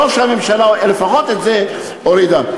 טוב שהממשלה לפחות את זה הורידה.